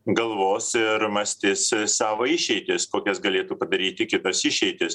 galvos ir mąstys savo išeitis kokias galėtų padaryti kitas išeitis